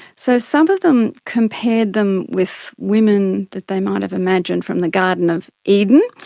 so some of them compared them with women that they might have imagined from the garden of eden.